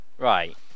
Right